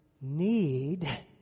need